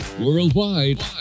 worldwide